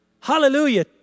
Hallelujah